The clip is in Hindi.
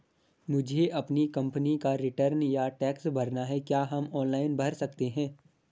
मुझे अपनी कंपनी का रिटर्न या टैक्स भरना है क्या हम ऑनलाइन भर सकते हैं?